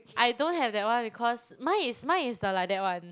I don't have that one because mine is mine is the like that one